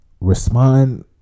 respond